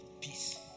peace